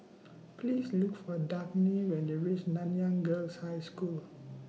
Please Look For Dagny when YOU REACH Nanyang Girls' High School